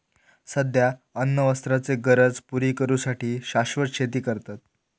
सध्या अन्न वस्त्राचे गरज पुरी करू साठी शाश्वत शेती करतत